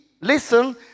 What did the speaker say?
listen